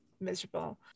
miserable